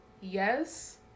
yes